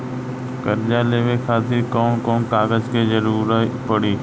कर्जा लेवे खातिर कौन कौन कागज के जरूरी पड़ी?